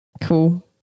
Cool